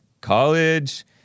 college